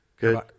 Good